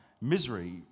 misery